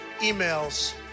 emails